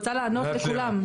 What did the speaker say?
אני רוצה לענות לכולם,